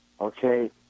okay